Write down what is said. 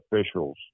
officials